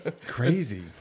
crazy